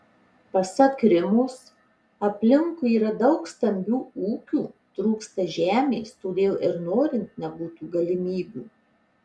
pasak rimos aplinkui yra daug stambių ūkių trūksta žemės todėl ir norint nebūtų galimybių